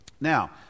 Now